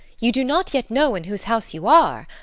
you do not yet know in whose house you are.